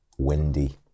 windy